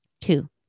two